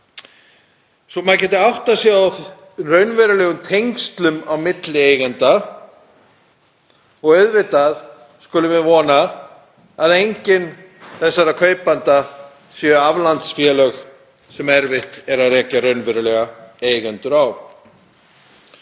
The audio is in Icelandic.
svo maður geti áttað sig á raunverulegum tengslum á milli eigenda. Auðvitað skulum við vona að enginn þessara kaupenda séu aflandsfélög sem erfitt er að rekja raunverulega eigendur á.